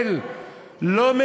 חבר הכנסת זאב, תודה רבה.